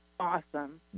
Awesome